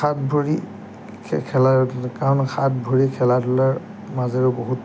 হাত ভৰি খেলা কাৰণ হাত ভৰি খেলা ধূলাৰ মাজেৰেও বহুত